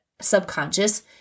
subconscious